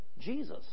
Jesus